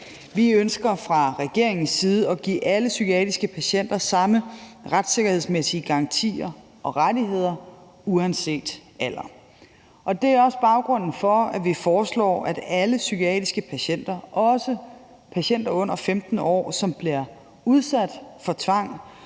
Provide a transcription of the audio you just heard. Vi ønsker fra regeringens side at give alle psykiatriske patienter samme retssikkerhedsmæssige garantier og rettigheder uanset alder. Det er baggrunden for, at vi foreslår, at alle psykiatriske patienter, også patienter under 15 år, som bliver udsat for tvang,